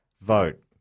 vote